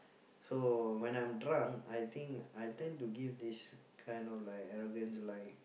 so when I'm drunk I think I tend to give this kind of like arrogant like